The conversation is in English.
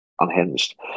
unhinged